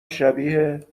شبیه